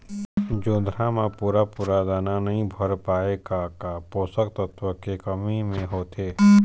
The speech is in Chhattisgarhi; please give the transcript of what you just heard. जोंधरा म पूरा पूरा दाना नई भर पाए का का पोषक तत्व के कमी मे होथे?